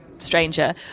stranger